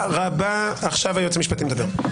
תודה רבה, עכשיו היועץ המשפטי מדבר.